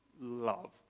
love